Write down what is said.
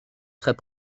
très